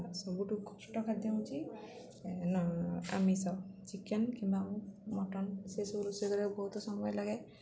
ସବୁଠୁ କଷ୍ଟ ଖାଦ୍ୟ ହେଉଛି ଆମିଷ ଚିକେନ କିମ୍ବା ମଟନ ସେସବୁ ରୋଷେଇ କରିବାକୁ ବହୁତ ସମୟ ଲାଗେ